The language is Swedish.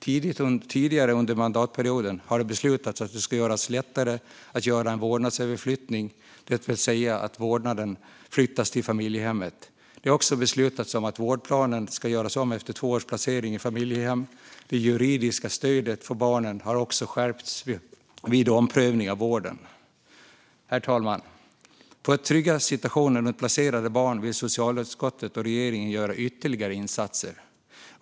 Tidigare under mandatperioden har det beslutats att det ska bli lättare att göra en vårdnadsöverflyttning, det vill säga att vårdnaden flyttas till familjehemmet. Det har också beslutats att vårdplanen ska göras om efter två års placering i familjehem. Det juridiska stödet för barnen har också skärpts vid omprövning av vården. Herr talman! För att trygga situationen runt placerade barn vill socialutskottet och regeringen göra ytterligare insatser.